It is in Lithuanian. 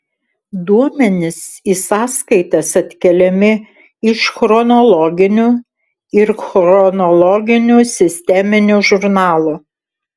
duomenys į sąskaitas atkeliami iš chronologinių ir chronologinių sisteminių žurnalų